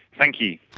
thank you.